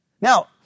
Now